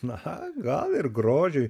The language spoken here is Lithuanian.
na gal ir grožiui